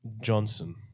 Johnson